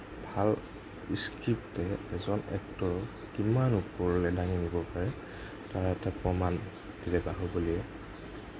ভাল স্ক্ৰিপ্টে এজন এক্টৰক কিমান ওপৰলৈ ডাঙি নিব পাৰে তাৰ এটা প্ৰমাণ দিলে বাহুবলীয়ে